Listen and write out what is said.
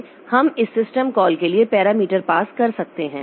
तो हम इस सिस्टम कॉल के लिए पैरामीटर पास कर सकते हैं